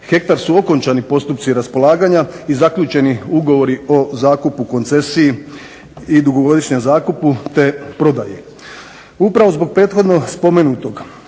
hektar su okončani postupci raspolaganja i zaključeni ugovori o zakupu, koncesiji i dugogodišnjem zakupu te prodaji. Upravo zbog prethodno spomenutog